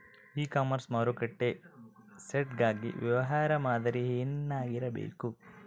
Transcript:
E commerce ಮಾರುಕಟ್ಟೆ site ಗಾಗಿ ವ್ಯವಹಾರ ಮಾದರಿ ಏನಾಗಿರಬೇಕು?